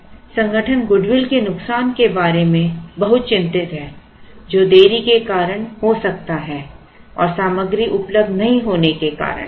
इसलिए संगठन गुडविल के नुकसान के बारे में बहुत चिंतित हैं जो देरी के कारण हो सकता है और सामग्री उपलब्ध नहीं होने के कारण